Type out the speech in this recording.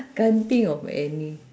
can't think of any